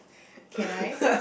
can I